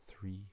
three